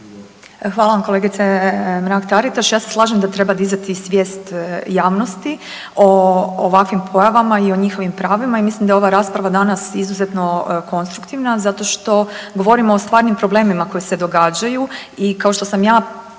Hvala vam kolegice Mrak Taritaš. Ja se slažem da treba dizati svijest javnosti o ovakvim pojavama i o njihovim pravima. I mislim da je ova rasprava danas izuzetno konstruktivna zato što govorimo o stvarnim problemima koji se događaju. I kao što sam ja